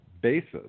basis